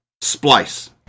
Splice